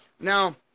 Now